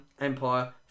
Empire